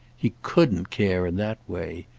he couldn't care in that way.